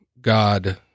God